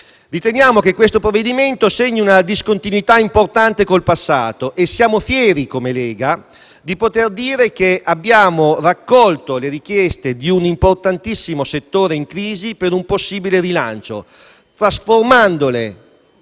riteniamo che questo provvedimento segni una discontinuità importante con il passato e siamo fieri, come Lega, di poter dire che abbiamo raccolto le richieste di un importantissimo settore in crisi per un possibile rilancio, trasformandole